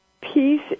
peace